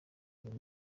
uyu